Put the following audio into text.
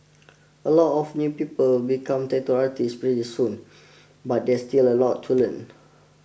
a lot of new people become tattoo artists pretty soon but there's still a lot to learn